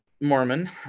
mormon